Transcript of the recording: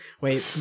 Wait